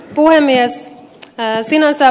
sinänsä ed